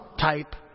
type